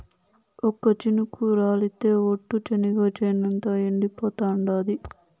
ఒక్క చినుకు రాలితె ఒట్టు, చెనిగ చేనంతా ఎండిపోతాండాది